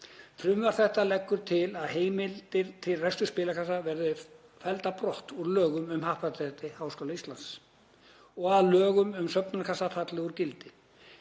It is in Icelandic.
Frumvarp þetta leggur til að heimildir til reksturs spilakassa verði felldar brott úr lögum um Happdrætti Háskóla Íslands og að lög um söfnunarkassa falli úr gildi.